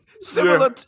Similar